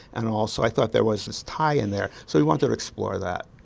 and also i thought there was this tie-in there, so we wanted to explore that.